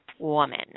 Woman